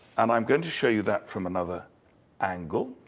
and i'm going to show you that from another angle.